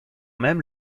même